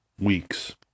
weeks